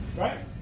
right